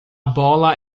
bola